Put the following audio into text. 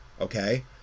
okay